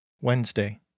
wednesday